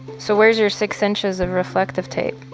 so where's your six inches of reflective tape?